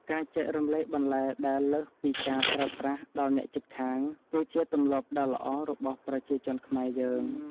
ការចែករំលែកបន្លែដែលលើសពីការប្រើប្រាស់ដល់អ្នកជិតខាងគឺជាទម្លាប់ដ៏ល្អរបស់ប្រជាជនខ្មែរយើង។